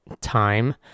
time